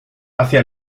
hacia